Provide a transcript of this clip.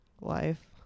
life